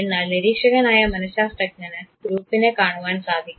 എന്നാൽ നിരീക്ഷകനായ മനഃശാസ്ത്രജ്ഞന് ഗ്രൂപ്പിനെ കാണുവാൻ സാധിക്കും